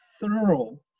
thorough